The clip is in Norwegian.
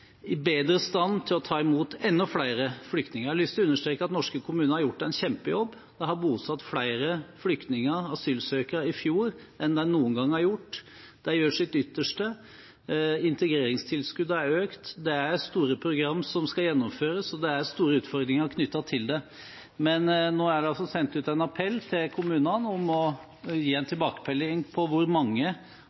bedre i stand til å ta imot enda flere flyktninger. Jeg har lyst til å understreke at norske kommuner har gjort en kjempejobb. De har bosatt flere flyktninger og asylsøkere i fjor enn de noen gang har gjort. De gjør sitt ytterste, integreringstilskuddet er økt, det er store program som skal gjennomføres, og det er store utfordringer knyttet til det. Men nå er det sendt ut en appell til kommunene om å gi en tilbakemelding på hvor mange